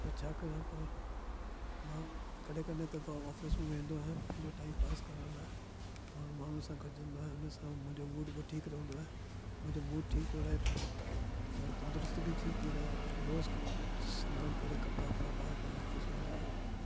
पर छा कयां पर मां कॾहिं कॾहिं त ऑफिस में वेंदो आहियां पंहिंजो टाइमपास करण लाइ माण्हू माण्हू सां गॾिजंदो आहे उन सां मुंहिंजो मूड बि ठीकु रहंदो आहे मुंहिंजो मूड ठीक थो रहे त पोइ ऐं तंदुरुस्ती बि ठीक थी रहे रोज़ु सनानु करे कपिड़ा वपिड़ा पाए करे ऑफिस में वञा